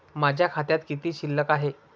माझ्या खात्यात किती शिल्लक आहे?